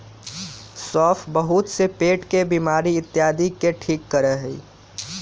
सौंफ बहुत से पेट के बीमारी इत्यादि के ठीक करा हई